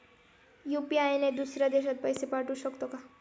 UPI ने दुसऱ्या देशात पैसे पाठवू शकतो का?